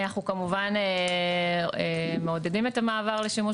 אנחנו כמובן מעודדים את המעבר לשימוש